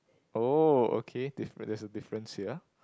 oh okay differe~ there's a difference here